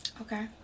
Okay